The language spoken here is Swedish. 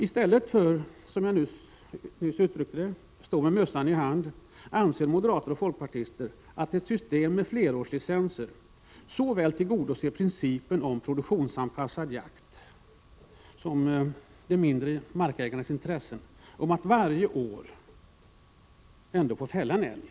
I stället för att, som jag nyss uttryckte det, få stå med mössan i hand anser moderaterna och centerpartiet att ett system med flerårslicenser tillgodoser såväl principen om produktionsanpassad avskjutning som den mindre markägarens intresse av att varje år få fälla en älg.